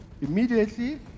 Immediately